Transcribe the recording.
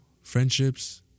friendships